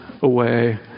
away